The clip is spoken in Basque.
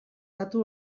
datu